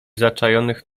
zaczajonych